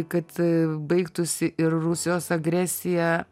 kad ee baigtųsi ir rusijos agresija